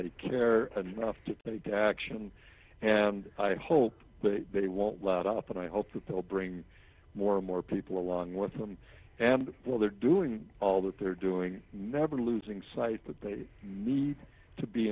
they care enough to take action and i hope they won't let up and i hope that they'll bring more and more people along with them and they're doing all that they're doing never losing sight that they need to be